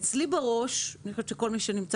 אצלי בראש אני חושבת שכל מי שנמצא